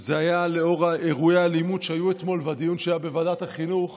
זה היה לאור אירועי האלימות שהיו אתמול והדיון שהיה בוועדת החינוך